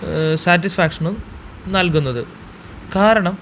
സാറ്റിസ്ഫാക്ഷനും നൽകുന്നത് കാരണം